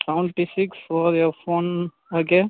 seventy six par F one okay